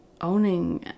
owning